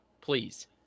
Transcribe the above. please